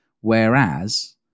Whereas